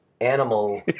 animal